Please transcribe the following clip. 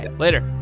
and later.